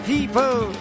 People